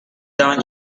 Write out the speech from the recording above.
down